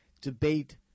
debate